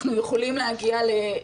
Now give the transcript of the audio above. אנחנו יכולים להגיע ל-,